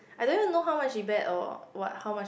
I don't even know how much she bet or what how much